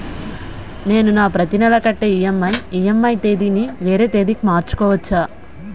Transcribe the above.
నేను నా ప్రతి నెల కట్టే ఈ.ఎం.ఐ ఈ.ఎం.ఐ తేదీ ని వేరే తేదీ కి మార్చుకోవచ్చా?